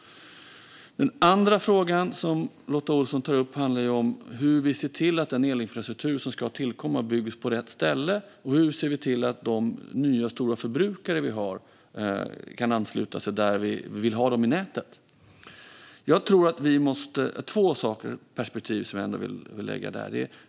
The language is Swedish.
Den andra frågan som Lotta Olsson tog upp handlar om hur vi ska se till att den elinfrastruktur som ska tillkomma byggs på rätt ställe och att de nya stora förbrukare vi har kan ansluta sig där vi vill ha dem i nätet. Det finns två perspektiv som jag vill framhålla.